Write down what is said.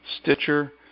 Stitcher